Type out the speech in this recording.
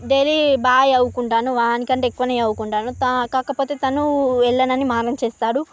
daily బాగా చదువుకుంటాను వాడికంటే ఎక్కువనే చదువుకుంటాను త కాకపోతే తను వెళ్ళనని మానం చేస్తాడు